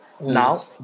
Now